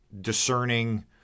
discerning